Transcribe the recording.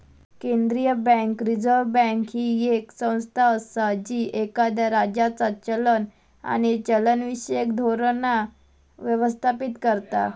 केंद्रीय bank, reserve bank, ही येक संस्था असा जी एखाद्या राज्याचा चलन आणि चलनविषयक धोरण व्यवस्थापित करता